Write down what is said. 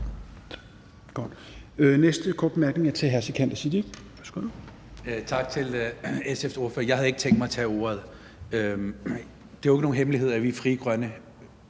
næste korte bemærkning er til hr. Sikandar Siddique.